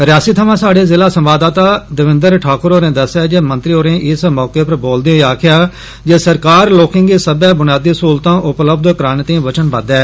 रियासी थवा स्हाढ़े जिला संवाददाता देवेंद्र ठाकुर होरें दस्सेआ ऐ जे मंत्री होरें इस मौके पर बोलदे होई आक्खेआ जे सरकार लोकें गी सब्बै बुनियादी सहूलतां उपलब्ध कराने तांई बचनबद्ध ऐ